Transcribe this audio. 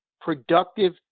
productive